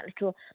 little